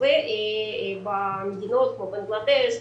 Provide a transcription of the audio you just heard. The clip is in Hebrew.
-- ובמדינות כמו בנגלדש,